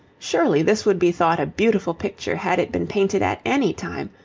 surely this would be thought a beautiful picture had it been painted at any time,